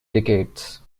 decades